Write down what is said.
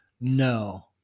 no